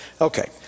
Okay